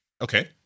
Okay